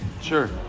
Sure